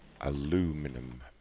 Aluminum